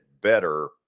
better